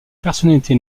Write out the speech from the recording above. personnalité